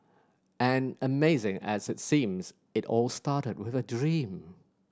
and amazing as it seems it all started with a dream